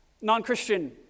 Non-Christian